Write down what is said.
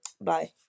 bye